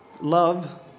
Love